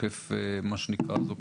הוא עוקף בית לחם מה שנקרא אז,